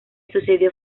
sucedió